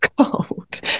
cold